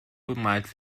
bemalt